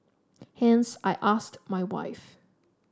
hence I asked my wife